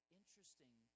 interesting